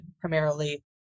primarily